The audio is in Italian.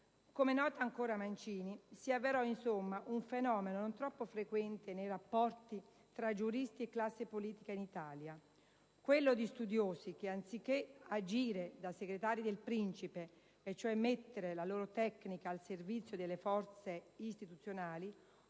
Come nota ancora Mancini, «si avverò, insomma, un fenomeno non troppo frequente nei rapporti tra giuristi e classe politica in Italia: quello di studiosi che, anziché agire da segretari del principe, e cioè mettere la loro tecnica al servizio delle forze istituzionali,